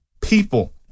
people